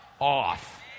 off